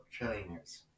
trillionaires